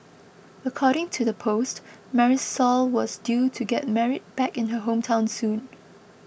according to the post Marisol was due to get married back in her hometown soon